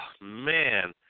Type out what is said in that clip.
man